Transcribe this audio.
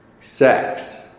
Sex